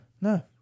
No